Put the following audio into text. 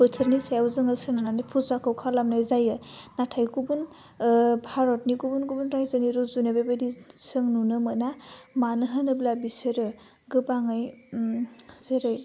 बोथोरनि सायाव जोङो सोनारनानै फुजाखौ खालामनाय जायो नाथाय गुबुन भारतनि गुबुन गुबुन रायजोनि रुजुनायाव बेबायदि सों नुनो मोना मानो होनोब्ला बेसोरो गोबाङै उम जेरै